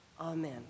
Amen